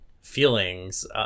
feelings